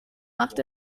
macht